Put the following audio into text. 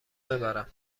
ببرم